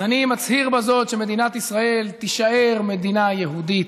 אז אני מצהיר בזאת שמדינת ישראל תישאר מדינה יהודית,